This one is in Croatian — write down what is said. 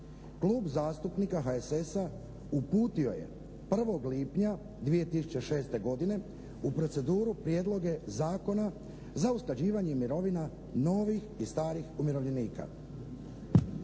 Klub zastupnika HSS-a uputio je 1. lipnja 2006. godine u proceduru prijedloge zakona za usklađivanje mirovina novih i stranih umirovljenika.